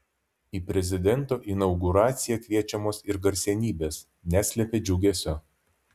į prezidento inauguraciją kviečiamos ir garsenybės neslepia džiugesio